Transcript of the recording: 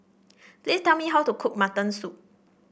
please tell me how to cook Mutton Soup